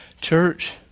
church